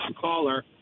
caller